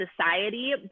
society